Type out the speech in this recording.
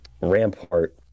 Rampart